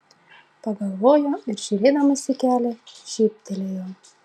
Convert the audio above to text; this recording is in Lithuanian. pagalvojo ir žiūrėdamas į kelią šyptelėjo